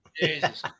jesus